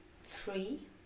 free